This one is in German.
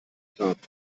grab